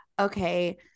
okay